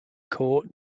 court